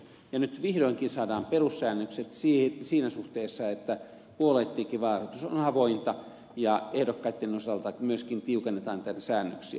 ja nyt vihdoinkin saadaan perussäännökset siinä suhteessa että puolueittenkin vaalirahoitus on avointa ja ehdokkaiden osalta myöskin tiukennetaan näitä säännöksiä